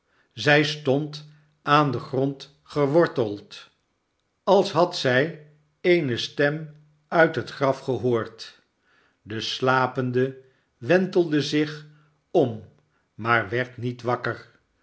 zij stond aan den grond geworteld als had zij eene stem uit het graf gehoord de slapende wentelde zich om maar werd niet wakker